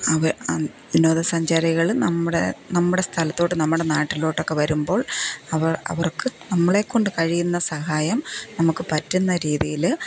അവ വിനോദസഞ്ചാരികള് നമ്മുടെ നമ്മുടെ സ്ഥലത്തോട്ട് നമ്മുടെ നാട്ടിലോട്ടൊക്കെ വരുമ്പോൾ അവർ അവർക്ക് നമ്മളെക്കൊണ്ട് കഴിയുന്ന സഹായം നമുക്ക് പറ്റുന്ന രീതിയില്